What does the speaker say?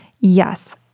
Yes